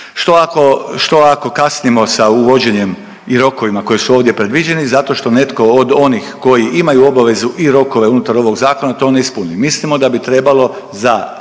što ako kasnimo sa uvođenjem i rokovima koji su ovdje predviđeni zato što netko od onih koji imaju obavezu i rokove unutar ovog zakona to ne ispune? Mislimo da bi trebalo za